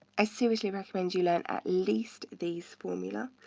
i seriously recommend you learn at least these formula.